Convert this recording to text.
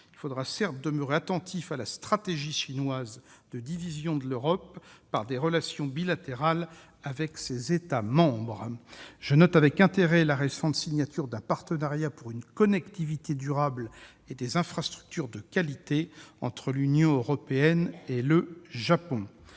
Il faudra cependant que nous demeurions attentifs à la stratégie chinoise consistant à diviser l'Europe par le biais des relations bilatérales avec ses États membres. Je note avec intérêt la récente signature d'un partenariat pour une connectivité durable et des infrastructures de qualité entre l'Union européenne et le Japon.